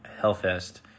Hellfest